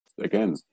again